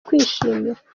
kwishimira